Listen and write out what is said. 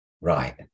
right